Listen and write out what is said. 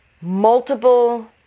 multiple